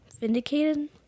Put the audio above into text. vindicated